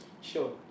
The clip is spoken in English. Sure